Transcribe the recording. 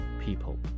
people